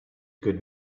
good